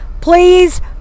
Please